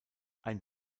ein